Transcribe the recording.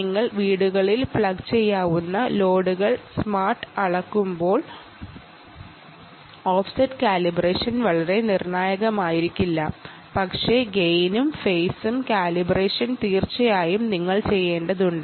നിങ്ങൾക്ക് വീടുകളിൽ പ്ലഗ് ചെയ്യാവുന്ന ലോഡുകൾ സ്മാർട്ട് ആക്കുമ്പോൾ ഓഫ്സെറ്റ് കാലിബ്രേഷൻ വളരെ നിർണായകമായിരിക്കില്ല പക്ഷേ ഗെയിനിന്റെയും ഫെയിസിന്റെയും കാലിബ്രേഷൻ തീർച്ചയായും നിങ്ങൾ ചെയ്യേണ്ടതുണ്ട്